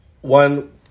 One